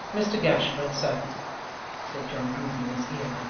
mr gashford sir said john grueby in his ear,